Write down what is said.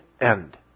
end